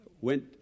went